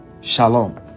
Shalom